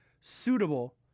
suitable